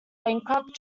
bankrupt